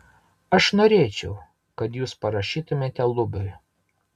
aš norėčiau kad jūs parašytumėte lubiui